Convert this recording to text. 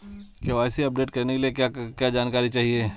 KYC update करने के लिए क्या जानकारी चाहिए?